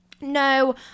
no